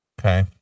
Okay